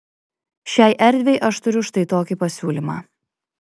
šiai erdvei aš turiu štai tokį pasiūlymą